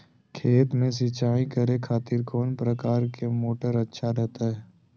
खेत में सिंचाई करे खातिर कौन प्रकार के मोटर अच्छा रहता हय?